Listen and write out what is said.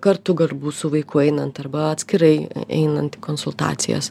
kartu galbūt su vaiku einant arba atskirai einant į konsultacijas